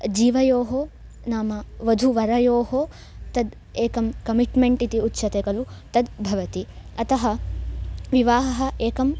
जीवयोः नाम वधुवरयोः तद् एकं कमिट्मेण्ट् इति उच्यते खलु तद् भवति अतः विवाहः एकः